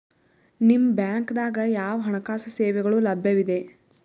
ನಿಮ ಬ್ಯಾಂಕ ದಾಗ ಯಾವ ಹಣಕಾಸು ಸೇವೆಗಳು ಲಭ್ಯವಿದೆ?